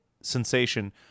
sensation